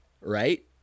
right